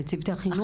לצוותי החינוך?